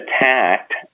attacked